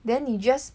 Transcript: then you just